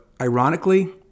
ironically